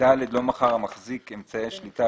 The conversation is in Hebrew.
לא מכר המחזיק את אמצעי השליטה,